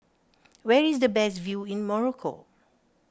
where is the best view in Morocco